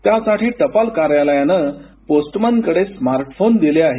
त्यासाठी टपाल कार्यालयानं पोस्टमनकडे स्मार्टफोन दिले आहेत